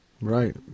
Right